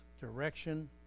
direction